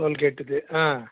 டோல்கேட்டுக்கு ஆ